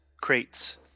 crates